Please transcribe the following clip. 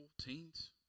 teens